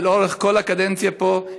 לאורך כל הקדנציה פה,